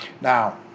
Now